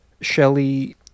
Shelley